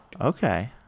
Okay